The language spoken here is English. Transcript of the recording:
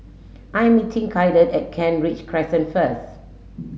I'm meeting Kaiden at Kent Ridge Crescent first